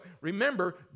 Remember